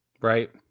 Right